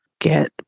get